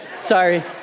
Sorry